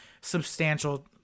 substantial